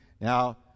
now